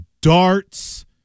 darts